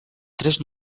tres